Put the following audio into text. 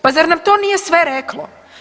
Pa zar nam to nije sve reklo?